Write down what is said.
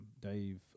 dave